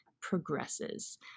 progresses